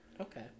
Okay